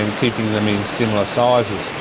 and keeping them in similar sizes.